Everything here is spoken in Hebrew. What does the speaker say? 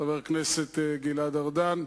חבר הכנסת גלעד ארדן,